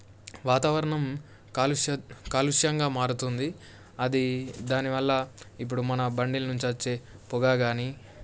వాతావరణం కాలుష్య కాలుష్యంగా మారుతుంది అది దానివల్ల ఇప్పుడు మన బండిలో నుంచి వచ్చే పొగ కానీ